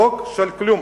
חוק של כלום.